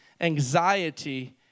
anxiety